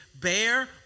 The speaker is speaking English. bear